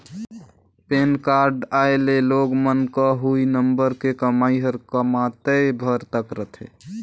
PAN card आए ले लोग मन क हुई नंबर के कमाई हर कमातेय भर तक रथे